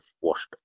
washed